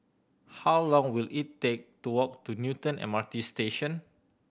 how long will it take to walk to Newton M R T Station